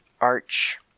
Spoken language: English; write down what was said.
arch